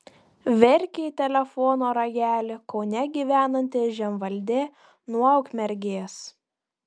verkė į telefono ragelį kaune gyvenanti žemvaldė nuo ukmergės